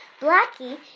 Blackie